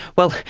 well,